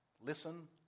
Listen